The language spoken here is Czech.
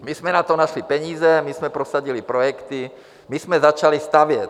My jsme na to našli peníze, my jsme prosadili projekty, my jsme začali stavět.